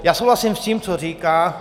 Já souhlasím s tím, co říká.